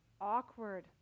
awkward